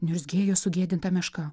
niurzgėjo sugėdinta meška